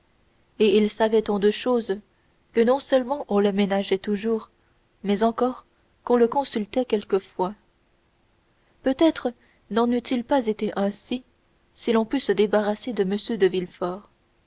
et il savait tant de choses que non seulement on le ménageait toujours mais encore qu'on le consultait quelquefois peut-être n'en eût-il pas été ainsi si l'on eût pu se débarrasser de m de